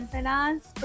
Finance